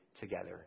together